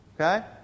okay